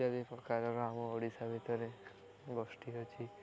ଇତ୍ୟାଦି ପ୍ରକାରର ଆମ ଓଡ଼ିଶା ଭିତରେ ଗୋଷ୍ଠୀ ଅଛି